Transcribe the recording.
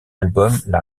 albums